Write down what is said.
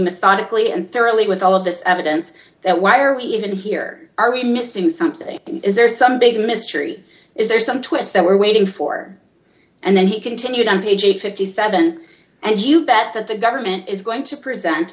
methodically and thoroughly with all of this evidence that why are we even here are we missing something is there some big mystery is there some twist that we're waiting for and then he continued on page fifty seven and you bet that the government is going to present